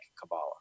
Kabbalah